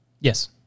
Yes